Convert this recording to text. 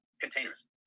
containers